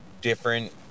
different